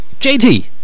JT